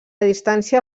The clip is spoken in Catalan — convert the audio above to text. distància